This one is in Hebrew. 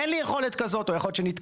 אין לי יכולת כזאת, או יכול להיות שנתקעתי.